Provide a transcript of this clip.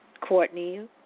Courtney